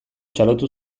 txalotu